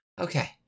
Okay